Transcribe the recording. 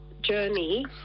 journey